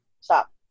Stop